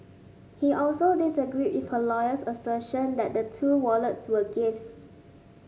he also disagreed with her lawyer's assertion that the two wallets were gifts